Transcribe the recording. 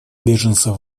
беженцев